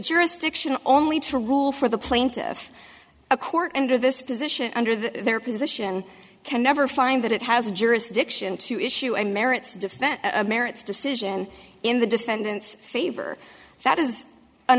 jurisdiction only to rule for the plaintiff a court under this position under the their position can never find that it has jurisdiction to issue and merits defense merits decision in the defendant's favor that is an